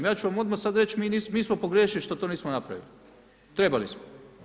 Ja ću vam odmah sad reći, mi smo pogriješili što to nismo napravili, trebali smo.